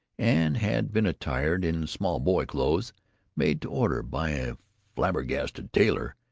and had been attired in small-boy clothes made to order by a flabbergasted tailor,